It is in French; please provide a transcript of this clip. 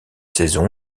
saison